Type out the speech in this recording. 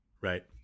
Right